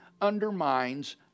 undermines